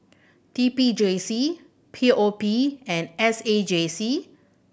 T P J C P O P and S A J C